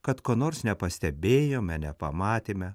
kad ko nors nepastebėjome nepamatėme